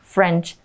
French